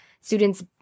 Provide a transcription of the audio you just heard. students